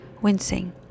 wincing